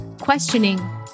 questioning